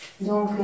Donc